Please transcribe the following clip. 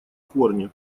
корни